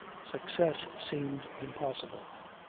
success seemed impossible.